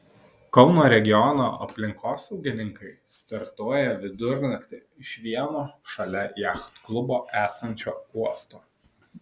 kauno regiono aplinkosaugininkai startuoja vidurnaktį iš vieno šalia jachtklubo esančio uosto